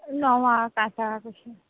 नवाक आठांक अशें